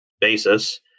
basis